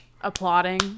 applauding